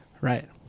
right